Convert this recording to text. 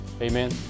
Amen